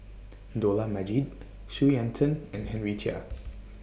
Dollah Majid Xu Yuan Zhen and Henry Chia